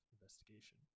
investigation